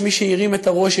יש מי שהרים את הראש,